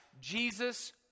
Jesus